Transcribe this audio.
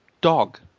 dog